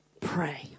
pray